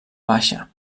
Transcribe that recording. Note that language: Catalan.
baixa